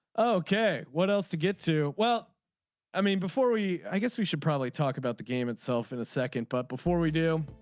oh okay. what else to get to. well i mean before we i guess we should probably talk about the game itself in a second but before we do